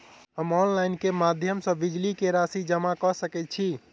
हम ऑनलाइन केँ माध्यम सँ बिजली कऽ राशि जमा कऽ सकैत छी?